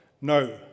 No